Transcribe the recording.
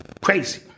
Crazy